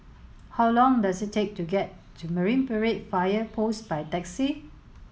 how long does it take to get to Marine Parade Fire Post by taxi